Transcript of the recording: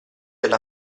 alla